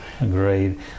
Agreed